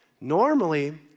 Normally